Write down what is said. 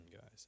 guys